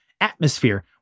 atmosphere